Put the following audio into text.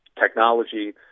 technology